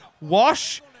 wash